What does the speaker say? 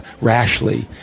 rashly